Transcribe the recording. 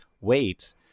wait